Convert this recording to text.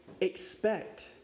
expect